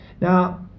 now